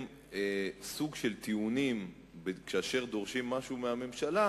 סוג של טיעונים כאשר דורשים משהו מהממשלה,